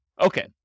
Okay